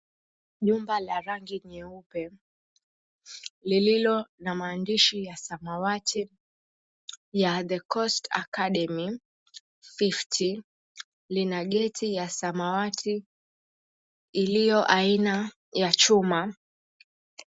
Jumba la rangi nyeupe lililo na maandishi ya samawati ya The Coast Academy, 50, lina geti ya samawati ilio aina ya chuma.